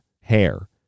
hair